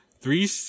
Three